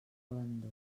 abandó